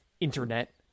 internet